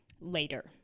later